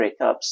breakups